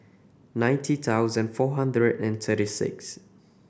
ninety thousand four hundred and thirty six